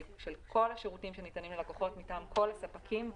על כל השירותים שניתנים ללקוחות מטעם כל הספקים.